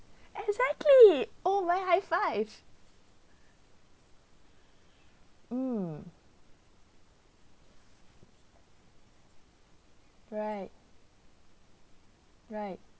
exactly oh man high five mm right right